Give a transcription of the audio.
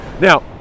now